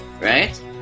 Right